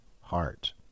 heart